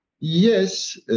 Yes